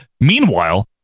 Meanwhile